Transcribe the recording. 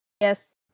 Yes